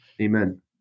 Amen